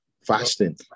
Fasting